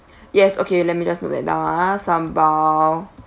yes okay let me just note that down ah sambal